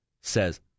says